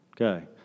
Okay